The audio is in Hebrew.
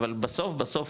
אבל בסוף בסוף,